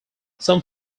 some